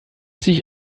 sich